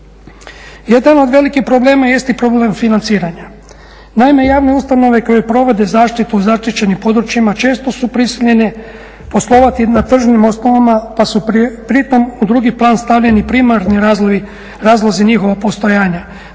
Jedan od velikih problema jest i problem financiranja. Naime, javne ustanove koje provode zaštitu zaštićenim područjima često su prisiljene poslovati na … osnovama pa su pritom u drugi plan stavljeni primarni razlozi njihovog postojanja,